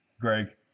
Greg